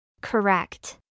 Correct